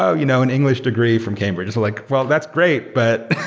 oh! you know an english degree from cambridge. it's like, well, that's great. but